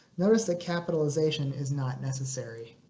notice that capitalization is not necessary.